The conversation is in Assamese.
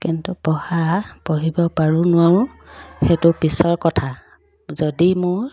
কিন্তু পঢ়া পঢ়িব পাৰোঁ নোৱাৰোঁ সেইটো পিছৰ কথা যদি মোৰ